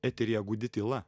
eteryje gūdi tyla